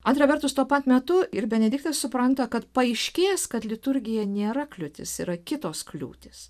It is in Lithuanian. antra vertus tuo pat metu ir benediktas supranta kad paaiškės kad liturgija nėra kliūtis yra kitos kliūtys